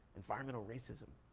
environmental racism.